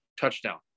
touchdown